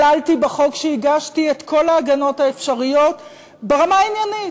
כללתי בחוק שהגשתי את כל ההגנות האפשריות ברמה העניינית: